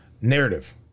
narrative